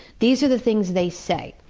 these are the things they say.